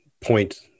point